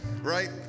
right